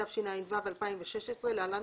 התשע"ו-2016 (להלן,